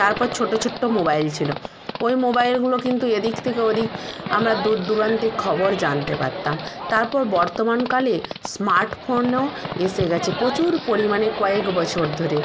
তারপর ছোটো ছোটো মোবাইল ছিল ওই মোবাইলগুলো কিন্তু এদিক থেকে ওদিক আমরা দূরদূরান্তে খবর জানতে পারতাম তারপর বর্তমানকালে স্মার্ট ফোনও এসে গেছে প্রচুর পরিমাণে কয়েক বছর ধরে